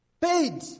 paid